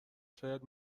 شاید